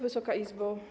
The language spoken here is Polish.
Wysoka Izbo!